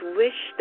wish